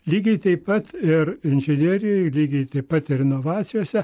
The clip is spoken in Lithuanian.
lygiai taip pat ir inžinerijoj lygiai taip pat ir inovacijose